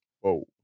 Whoa